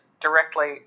directly